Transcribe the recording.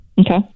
Okay